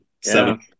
seven